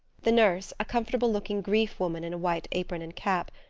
the nurse, a comfortable looking griffe woman in white apron and cap,